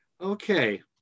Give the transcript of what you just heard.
Okay